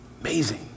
Amazing